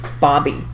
Bobby